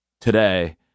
today